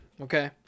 Okay